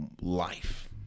life